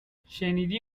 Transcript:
شنیدی